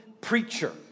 preacher